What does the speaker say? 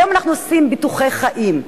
היום אנחנו עושים ביטוחי חיים,